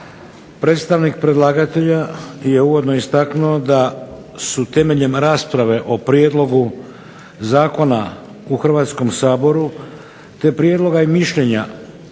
predstavnik predlagatelja je uvodno istaknuo da su temeljem rasprave o Prijedlogu zakona u Hrvatskom saboru, te prijedloga i mišljenja